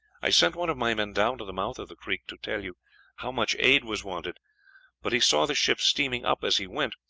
i sent one of my men down to the mouth of the creek, to tell you how much aid was wanted but he saw the ship steaming up as he went,